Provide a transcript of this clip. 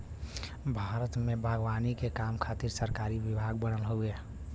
भारत में बागवानी के काम खातिर सरकारी विभाग बनल हउवे